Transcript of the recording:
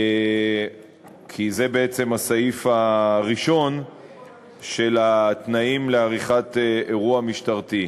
וזה בעצם הסעיף הראשון של התנאים לעריכת אירוע משטרתי.